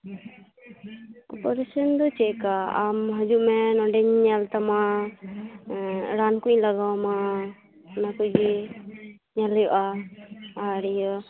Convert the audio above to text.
operation ᱫᱚ ᱪᱮᱫᱠᱟ ᱟᱢ ᱦᱤᱡᱩᱜ ᱢᱮ ᱱᱚᱸᱰᱮᱧ ᱧᱮᱞᱛᱟᱢᱟ ᱮᱸ ᱨᱟᱱ ᱠᱚᱧ ᱞᱟᱜᱟᱣᱟᱢᱟ ᱚᱱᱟ ᱠᱚᱜᱮ ᱧᱮᱞ ᱦᱩᱭᱩᱜ ᱟ ᱟᱨ ᱤᱭᱟ